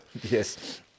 Yes